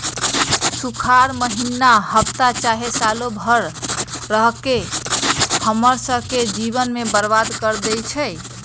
सुखार माहिन्ना हफ्ता चाहे सालों भर रहके हम्मर स के जीवन के बर्बाद कर देई छई